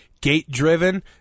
gate-driven